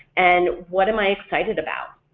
and what am i excited about?